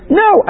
no